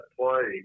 play